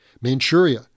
Manchuria